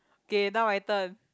okay now my turn